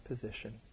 position